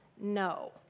no